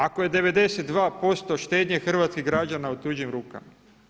Ako je 92% štednje hrvatskih građana u tuđim rukama.